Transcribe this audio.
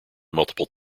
multiple